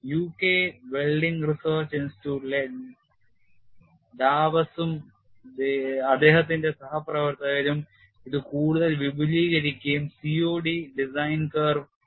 UK welding research ഇൻസ്റ്റിറ്റ്യൂട്ടിലെ Dawes ഉം അദ്ദേഹത്തിന്റെ സഹപ്രവർത്തകരും ഇത് കൂടുതൽ വിപുലീകരിക്കുകയും COD ഡിസൈൻ കർവ് വികസിപ്പിക്കുകയും ചെയ്തു